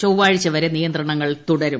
ചൊവ്വാഴ്ചവരെ നിയന്ത്രണങ്ങൾ തുടരും